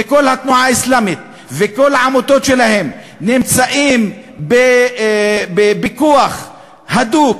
כל התנועה האסלאמית וכל העמותות שלהם נמצאים בפיקוח הדוק,